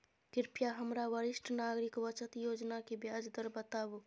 कृपया हमरा वरिष्ठ नागरिक बचत योजना के ब्याज दर बताबू